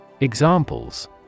Examples